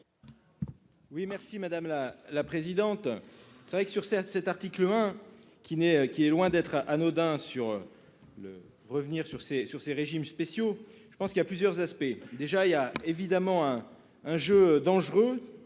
Oui merci madame, la la présidente. C'est vrai que sur cet, cet article 1 qui n'est, qui est loin d'être anodin sur le revenir sur ces, sur ces régimes spéciaux. Je pense qu'il y a plusieurs aspects, déjà il y a évidemment un, un jeu dangereux